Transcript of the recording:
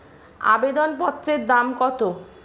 আবেদন পত্রের দাম কত?